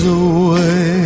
away